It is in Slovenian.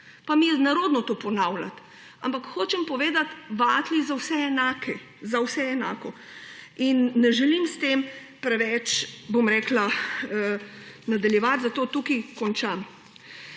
Pa mi je nerodno to ponavljati, ampak hočem povedati, vatli za vse enako. Ne želim s tem preveč, bom rekla, nadaljevati, zato tukaj končam.